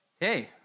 Hey